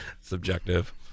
subjective